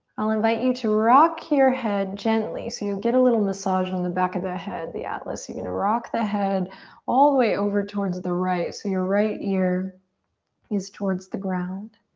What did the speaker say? i'll invite you to rock your head gently. so you'll get a little massage on the back of the head, the atlas. you're gonna rock the head all the way over towards the right so your right ear is towards the ground.